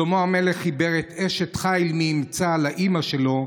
שלמה המלך חיבר את "אשת חיל מי ימצא" לאימא שלו,